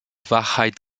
wahrheit